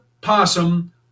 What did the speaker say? possum